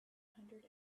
hundred